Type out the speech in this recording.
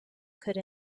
could